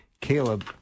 caleb